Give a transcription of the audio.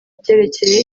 byerekeye